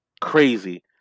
crazy